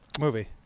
movie